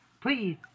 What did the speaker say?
Please